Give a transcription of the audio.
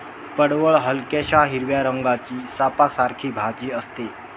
पडवळ हलक्याशा हिरव्या रंगाची सापासारखी भाजी असते